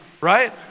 right